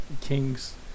king's